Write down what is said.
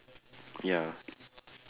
ya